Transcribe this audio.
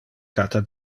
cata